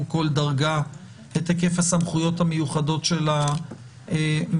כל דרגה את היקף הסמכויות המיוחדות של הממשלה.